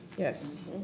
yes.